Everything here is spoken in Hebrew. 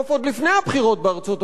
כי אז אולי גם ממשל אובמה,